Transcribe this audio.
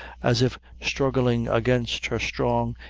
as if struggling against her strong,